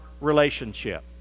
relationship